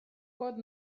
got